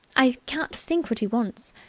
i can't think what he wants.